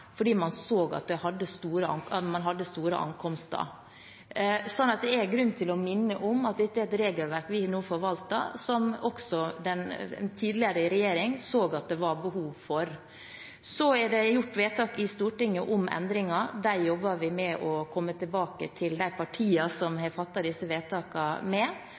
fordi man så at man hadde store ankomster. Det er grunn til å minne om at dette er et regelverk vi nå forvalter, som også en tidligere regjering så at det var behov for. Så er det gjort vedtak i Stortinget om endringer. Vi jobber med å komme tilbake til de partiene som har fattet disse vedtakene, sånn at vi kan få gjennomført det i tråd med